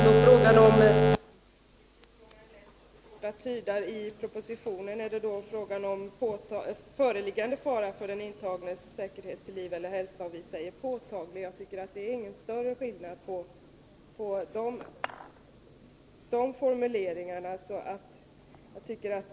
Herr talman! Det talades här mest om en ”gummiparagraf”, och man undrade vilken formulering som var bättre, deras eller vår. I propositionen står det ”föreliggande” fara för den intagnes säkerhet, liv och hälsa, medan vi säger ”påtaglig” fara. Jag tycker inte att det är någon större skillnad mellan de formuleringarna.